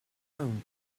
own